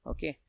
Okay